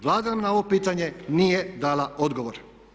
Vlada nam na ovo pitanje nije dala odgovor.